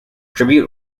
tribute